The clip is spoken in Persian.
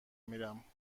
میرم